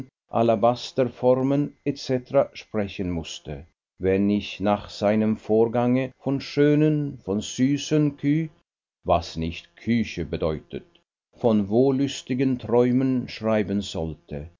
cetera sprechen mußte wenn ich nach seinem vorgange von schönen von süßen kü was nicht küche bedeutet von wollüstigen träumen schreiben sollte